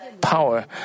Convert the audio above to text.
power